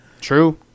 True